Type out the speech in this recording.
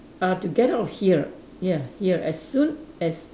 uh to get out of here ya here as soon as